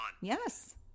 Yes